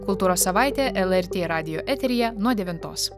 kultūros savaitė lrt radijo eteryje nuo devintos